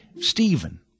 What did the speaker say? Stephen